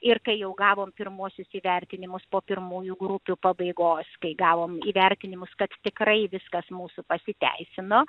ir kai jau gavom pirmuosius įvertinimus po pirmųjų grupių pabaigos kai gavom įvertinimus kad tikrai viskas mūsų pasiteisino